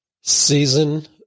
Season